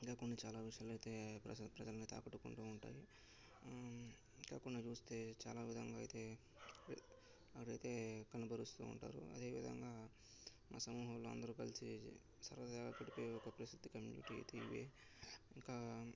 ఇంకా కొన్ని విషయాలైతే ప్రజా ప్రజలను అయితే ఆకట్టుకుంటూ ఉంటాయి ఇంకా కొన్ని చూస్తే చాలా విధంగా అయితే అక్కడైతే కనబరుస్తూ ఉంటారు అదేవిధంగా మా సమూహంలో అందరూ కలిసి సరదాగా గడిపే ఒక ప్రసిద్ధ ఈవెంట్లు అయితే ఇవే ఇంకా